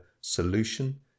solution